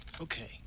Okay